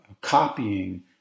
copying